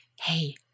Hey